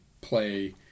play